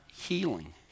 healing